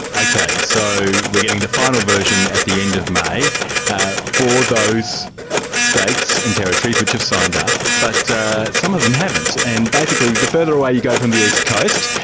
ok, so we're getting the final version at the end of may ah for those states and territories which have signed up, but some of them haven't, and basically the further away you go from the east coast,